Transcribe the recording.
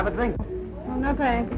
r have a think tank